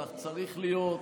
כך צריך להיות.